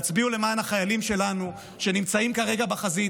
תצביעו למען החיילים שלנו שנמצאים כרגע בחזית,